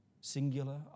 singular